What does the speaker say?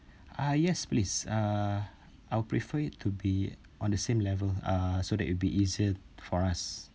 uh yes please uh I'll prefer it to be on the same level uh so that it'll be easier for us